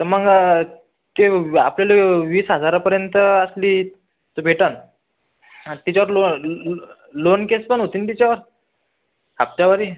तर मग ते आपल्याला वीस हजारापर्यंत असली तर भेटंल तिच्यावर लो लोन केस पण होती ना तिच्यावर हप्त्यावारी